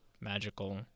magical